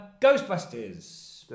Ghostbusters